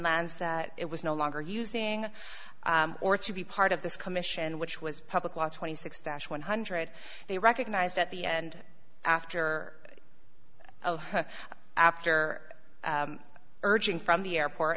lands that it was no longer using or to be part of this commission which was public law twenty six dash one hundred they recognized at the end after after urging from the airport